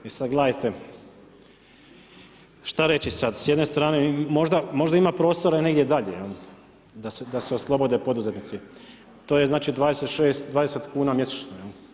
E sada gledajte, šta reći sad, s jedne strane možda ima prostora i negdje dalje da se oslobode poduzetnici, to je 20 kuna mjesečno.